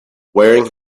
wearing